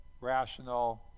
rational